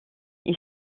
est